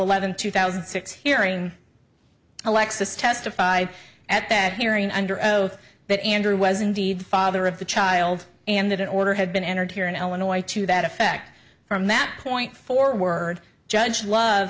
eleventh two thousand and six hearing alexis testified at that hearing under oath that andrew was indeed father of the child and that an order had been entered here in illinois to that effect from that point forward judge love